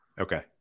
Okay